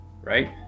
right